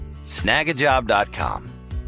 Snagajob.com